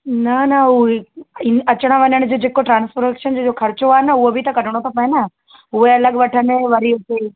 न न हू ही ही अचणु वञण जो जेको ट्रांस्पोरेशन जो जेको ख़र्चो आहे न उहो बि त कढिणो थो पए न उहे अलॻि वठनि वरी जी